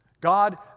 God